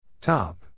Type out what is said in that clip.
Top